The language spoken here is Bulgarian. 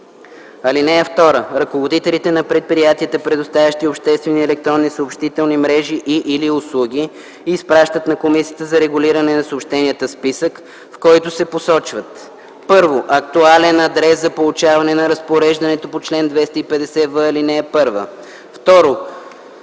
ал. 2. (2) Ръководителите на предприятията, предоставящи обществени електронни съобщителни мрежи и/или услуги, изпращат на Комисията за регулиране на съобщенията списък, в който се посочва: 1. актуален адрес за получаване на разпореждането по чл. 250в, ал. 1; 2.